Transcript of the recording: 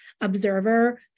observer